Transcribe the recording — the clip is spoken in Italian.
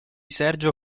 sergio